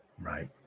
right